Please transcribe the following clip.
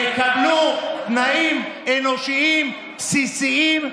יקבלו תנאים אנושיים בסיסיים,